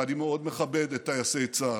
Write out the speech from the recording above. ואני מאוד מכבד את טייסי צה"ל,